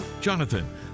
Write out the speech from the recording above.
Jonathan